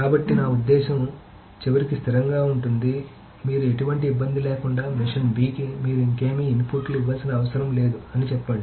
కాబట్టి నా ఉద్దేశ్యం లేకుండా చివరికి స్థిరంగా ఉంటుంది మీరు ఎటువంటి ఇబ్బంది లేకుండా మెషీన్ b కి మీరు ఇంకేమీ ఇన్పుట్లు ఇవ్వాల్సిన అవసరం లేదు అని చెప్పండి